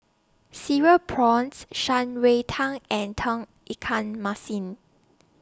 Cereal Prawns Shan Rui Tang and Tauge Ikan Masin